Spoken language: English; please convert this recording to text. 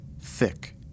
Thick